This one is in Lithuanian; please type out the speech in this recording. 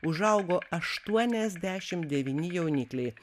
užaugo aštuoniasdešim devyni jaunikliai